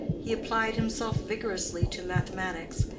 he applied himself vigorously to mathematics,